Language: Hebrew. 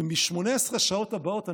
מ-18 השעות הבאות,